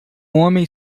homem